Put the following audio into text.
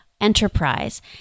enterprise